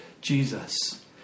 Jesus